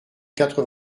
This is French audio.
quatre